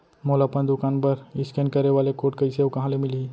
मोला अपन दुकान बर इसकेन करे वाले कोड कइसे अऊ कहाँ ले मिलही?